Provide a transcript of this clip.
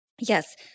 Yes